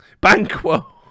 Banquo